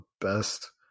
best